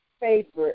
favorite